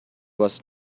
was